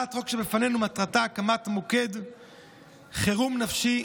הצעת החוק שלפנינו, מטרתה הקמת מוקד חירום נפשי,